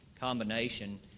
combination